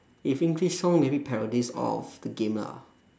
if english song maybe parodies of the game lah